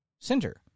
center